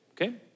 okay